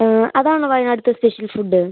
അതാണോ വയനാടിൽത്തെ special food